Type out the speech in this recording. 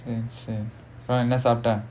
அப்புறம் என்ன சாப்பிட:appuram enna saapita